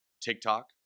TikTok